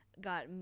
got